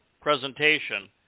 presentation